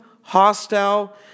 hostile